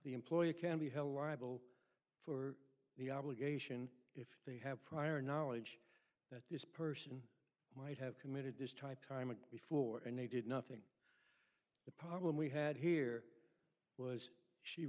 the employer can be held liable for the obligation if they have prior knowledge that this person might have committed this type time before and they did nothing the problem we had here was she